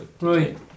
Right